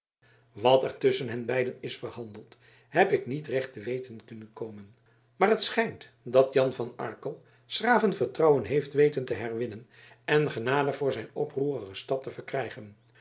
wat er tusschen hen beiden is verhandeld heb ik niet recht te weten kunnen komen maar het schijnt dat jan van arkel s graven vertrouwen heeft weten te herwinnen en genade voor zijn oproerige stad te verkrijgen